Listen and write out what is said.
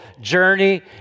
journey